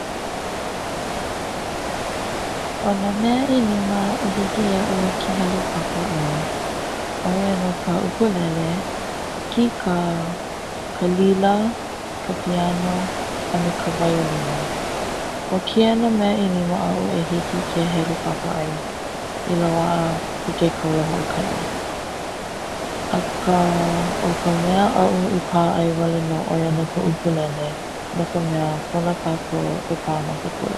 O na mea ʻelima i hiki iaʻu ke helu papa ʻai, ʻoia no ka ʻukulele, kika, ka lila, ka piano a me ka waiolina o kēia na mea i ʻelima i hiki aʻu ke helu papa ai I loaʻa I ke kaula hoʻokani aka o ka mea aʻu i pā ai wale nō ʻoia no ka ʻukulele no ka mea pono kākou e pā ma ke kula.